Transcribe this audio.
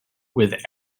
with